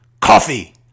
coffee